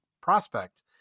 prospect